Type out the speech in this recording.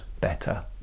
better